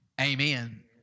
amen